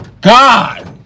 God